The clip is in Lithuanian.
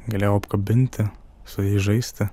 galėjau apkabinti su jais žaisti